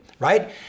Right